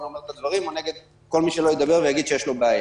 או נגד כל מי שידבר ויגיד שיש לו בעיה